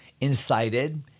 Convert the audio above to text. incited